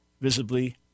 visibly